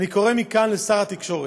אני קורא מכאן לשר התקשורת,